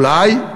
אולי,